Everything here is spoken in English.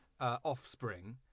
offspring